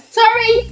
sorry